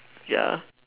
ya